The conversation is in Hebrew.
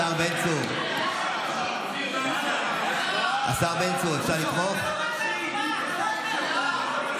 השר בן צור, השר בן צור, אפשר לתמוך?